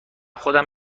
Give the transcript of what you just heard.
خودم